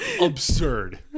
absurd